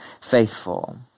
faithful